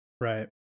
Right